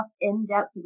in-depth